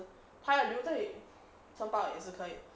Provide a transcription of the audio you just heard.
他要留在城堡也是可以